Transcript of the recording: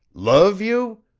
love you!